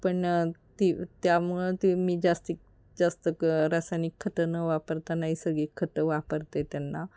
पण ती त्यामुळे ते मी जास्तीत जास्त क रासायनिक खतं न वापरता नैसर्गिक खतं वापरते त्यांना